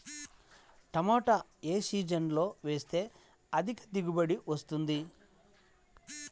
టమాటా ఏ సీజన్లో వేస్తే అధిక దిగుబడి వస్తుంది?